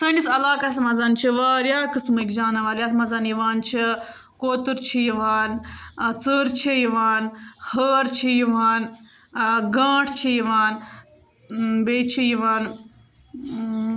سٲنِس علاقس منٛز چھِ واریاہ قٕسمٕکۍ جاناوار یَتھ منٛز یِوان چھِ کوتُر چھِ یِوان ژٔر چھےٚ یِوان ہٲر چھِ یِوان گانٛٹھ چھِ یِوان بیٚیہ چھِ یِوان